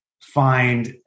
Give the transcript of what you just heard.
find